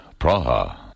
Praha